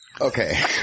Okay